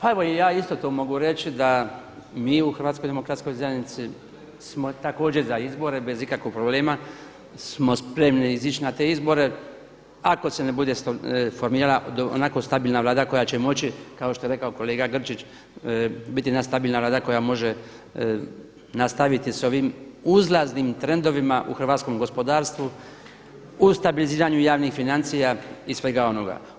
A evo i ja isto to mogu reći da mi u HDZ-u smo također za izbore bez ikakvog problema smo spremni izić na te izbore, ako se ne bude formirala onako stabilna Vlada koja će moći kao što je rekao kolega Grčić biti jedna stabilna Vlada koja može nastaviti s ovim uzlaznim trendovima u hrvatskom gospodarstvu, u stabiliziranju javnih financija i svega onoga.